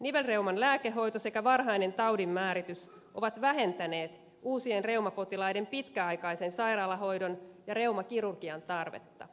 nivelreuman lääkehoito sekä varhainen taudin määritys ovat vähentäneet uusien reumapotilaiden pitkäaikaisen sairaalahoidon ja reumakirurgian tarvetta